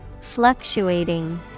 Fluctuating